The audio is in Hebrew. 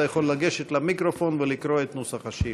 אתה יכול לגשת למיקרופון ולקרוא את נוסח השאילתה.